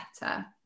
better